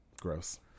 Gross